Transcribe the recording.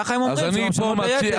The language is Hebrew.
ככה הם אומרים, שהם משלמים ביתר.